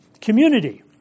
community